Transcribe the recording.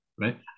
right